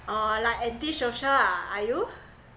oh like anti-social ah are you